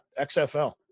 xfl